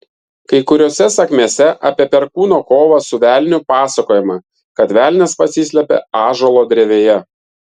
kai kuriose sakmėse apie perkūno kovą su velniu pasakojama kad velnias pasislepia ąžuolo drevėje